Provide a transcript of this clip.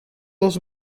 dos